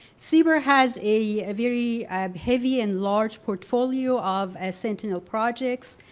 cber has a a very heavy and large portfolio of a sentinel projects,